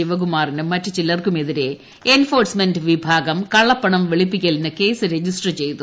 ശിവകുമാറിനുക് മറ്റ് ചിലർക്കുമെതിരെ എൻഫോഴ്സ്മെന്റ് വിഭാഗം കള്ളപ്പൂണ്റ് ഉപ്ളുപ്പിക്കലിന് കേസ് രജിസ്റ്റർ ചെയ്തു